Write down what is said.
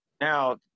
Now